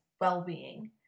well-being